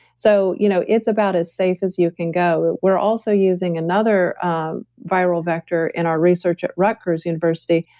so you know it's about as safe as you can go we're also using another um viral vector in our research at rutgers university.